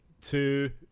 two